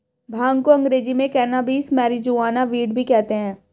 भांग को अंग्रेज़ी में cannabis, marijuana, weed भी कहते हैं